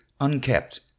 unkept